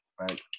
Right